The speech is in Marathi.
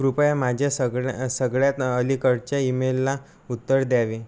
कृपया माझ्या सगळ्या सगळ्यात अलीकडच्या ईमेलला उत्तर द्यावे